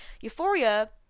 euphoria